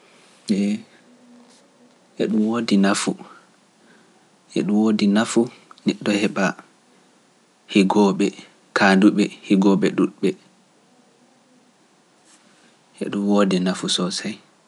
E ɗum woodi nafu, neɗɗo heɓa higo ɓe kaandu ɓe, higo ɓe ɗuuɗ ɓe, e ɗum woodi nafu so sey.